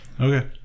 Okay